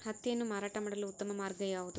ಹತ್ತಿಯನ್ನು ಮಾರಾಟ ಮಾಡಲು ಉತ್ತಮ ಮಾರ್ಗ ಯಾವುದು?